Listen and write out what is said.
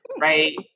right